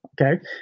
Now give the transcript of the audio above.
Okay